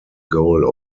goal